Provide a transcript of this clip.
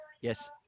Yes